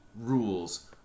rules